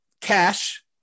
Cash